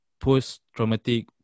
post-traumatic